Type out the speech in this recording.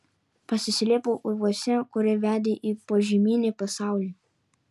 pasislėpiau urvuose kurie vedė į požeminį pasaulį